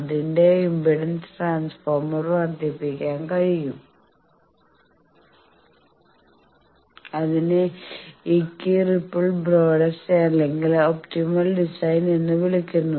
അതിന്റെ impedance transformer വർദ്ധിപ്പിക്കാൻ കഴിയും അതിനെ ഇക്വിറിപ്പിൾ ബ്രോഡെസ്റ്റ്equiripple broadest അല്ലെങ്കിൽ ഒപ്റ്റിമൽ ഡിസൈൻ എന്ന് വിളിക്കുന്നു